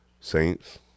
Saints